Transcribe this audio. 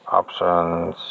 options